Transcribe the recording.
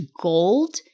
gold